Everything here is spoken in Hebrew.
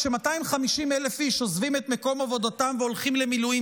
כש-250,000 איש עוזבים את מקום עבודתם והולכים למילואים,